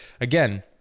again